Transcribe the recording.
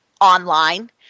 online